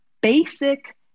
basic